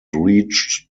reached